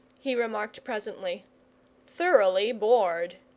he remarked presently thoroughly bored.